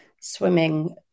swimming